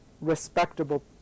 respectable